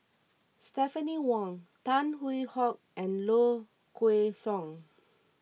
Stephanie Wong Tan Hwee Hock and Low Kway Song